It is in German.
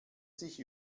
sich